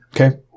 Okay